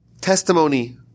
testimony